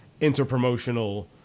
interpromotional